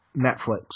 Netflix